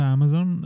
Amazon